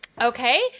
Okay